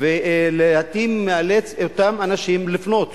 ולעתים מאלץ את אותם אנשים לפנות